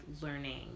learning